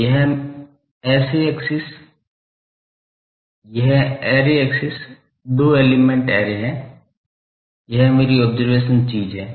तो यह array axis दो एलिमेंट ऐरे है यह मेरी ऑब्जर्वेशन चीज़ है